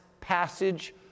passage